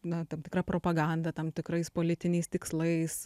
na tam tikra propaganda tam tikrais politiniais tikslais